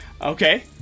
Okay